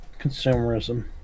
Consumerism